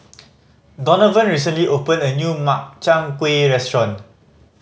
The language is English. Donavon recently opened a new Makchang Gui restaurant